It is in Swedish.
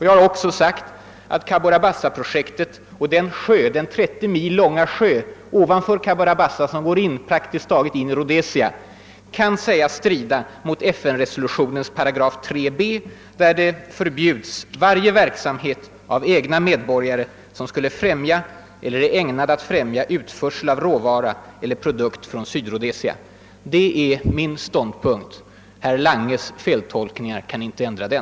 Jag har också sagt att Cabora Bassa-projektet — den 30 mil långa sjön ovanför Cabora Bassa går praktiskt taget in i Rhodesia — kan sägas strida mot 1968 års FN-resolution , enligt vilken förbjuds >»varje verksamhet av egna medborgare... som skulle främja eller är ägnad att främja utförsel av råvara eller produkt från Sydrhodesia«. Det är min ståndpunkt. Herr Langes feltolkningar kan inte ändra den.